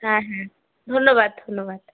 হ্যাঁ হ্যাঁ ধন্যবাদ ধন্যবাদ